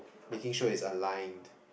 making sure it's aligned